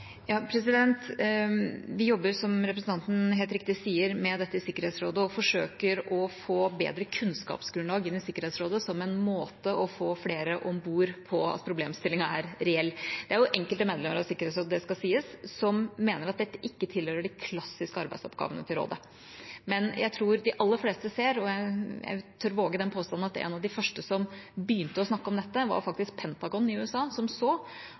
Vi jobber, som representanten helt riktig sier, med dette i Sikkerhetsrådet og forsøker å få bedre kunnskapsgrunnlag inn i Sikkerhetsrådet, som en måte å få flere om bord på – at problemstillingen er reell. Det er enkelte medlemmer av Sikkerhetsrådet, det skal sies, som mener at dette ikke tilhører de klassiske arbeidsoppgavene til rådet, men jeg tror de aller fleste ser det. Jeg tør våge den påstanden at en av de første som begynte å snakke om dette, faktisk var Pentagon i USA, som så